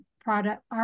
product